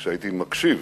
כשהייתי מקשיב